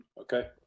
Okay